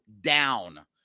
down